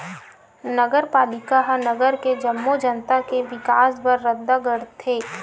नगरपालिका ह नगर के जम्मो जनता के बिकास बर रद्दा गढ़थे